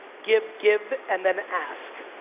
give, give, and then ask.